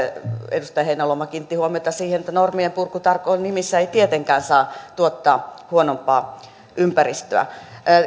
edustaja heinäluoma kiinnitti huomiota siihen että normienpurkutalkoon nimissä ei tietenkään saa tuottaa huonompaa ympäristöä